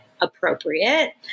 appropriate